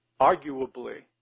arguably